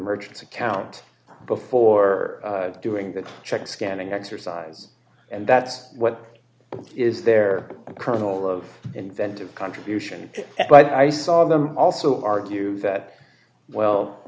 merchants account before doing the check scanning exercise and that's what is there a kernel of inventive contribution but i saw them also argue that well